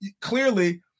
clearly